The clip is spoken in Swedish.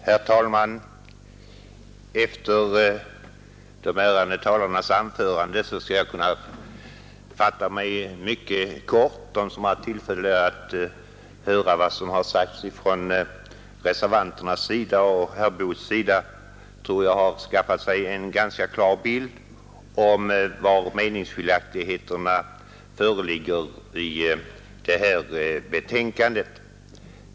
Herr talman! Efter de föregående ärade talarnas anföranden kan jag fatta mig mycket kort. De som haft tillfälle att lyssna till vad representanterna för reservanterna och vad herr Boo har sagt har nog skaffat sig en ganska klar bild av i vilket avseende meningarna skiljer sig i fråga om detta betänkande.